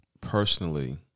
Personally